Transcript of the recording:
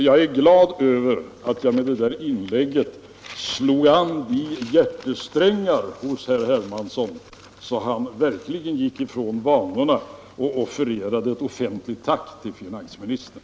Jag är glad över att jag med det där inlägget slog an hjärtesträngar hos herr Hermansson så att han verkligen gick ifrån vanorna och gav ett offentligt tack till finansministern.